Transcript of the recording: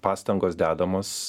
pastangos dedamos